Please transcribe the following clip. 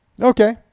Okay